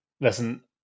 Listen